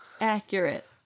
accurate